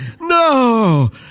No